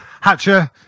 Hatcher